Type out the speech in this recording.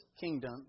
kingdom